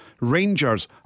Rangers